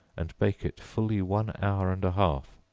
and bake it fully one hour and a half.